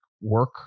work